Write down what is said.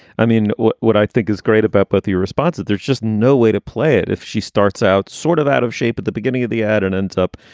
i mean, what what i think is great about both your response is there's just no way to play it. if she starts out sort of out of shape at the beginning of the ad and and it's up,